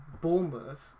Bournemouth